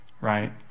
right